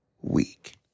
week